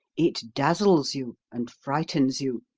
it dazzles you and frightens you.